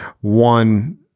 one